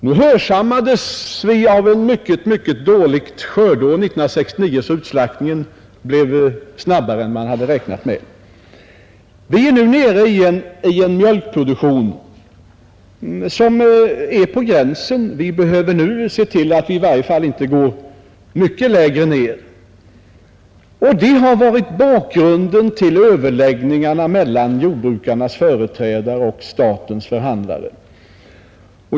Vi hörsammades av ett mycket dåligt skördeår 1969, vilket gjorde att utslaktningen skedde snabbare än man hade räknat med. Vi är nu nere i en mjölkproduktion som är på gränsen. Vi behöver se till att vi i varje fall inte går mycket längre ned. Det har varit bakgrunden till överläggningarna mellan jordbrukarnas företrädare och statens förhandlare.